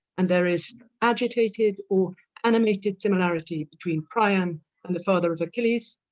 and there is agitated or animated similarity between prion and the father of achilles,